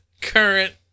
current